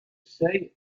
seuil